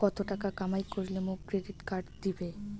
কত টাকা কামাই করিলে মোক ক্রেডিট কার্ড দিবে?